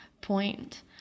point